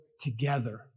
together